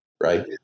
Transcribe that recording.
right